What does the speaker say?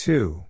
Two